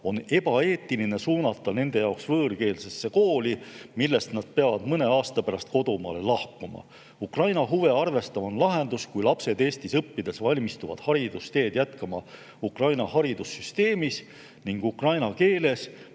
on ebaeetiline suunata nende jaoks võõrkeelsesse kooli, millest nad peavad mõne aasta pärast kodumaale lahkuma. Ukraina huve arvestav on lahendus, kui lapsed Eestis õppides valmistuvad haridusteed jätkama Ukraina haridussüsteemis ning ukraina keeles,